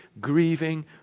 grieving